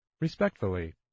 Respectfully